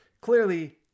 clearly